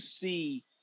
see